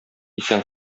исән